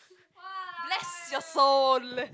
bless your soul